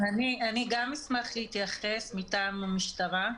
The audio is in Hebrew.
אני גם אשמח להתייחס מטעם המשטרה.